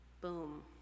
Boom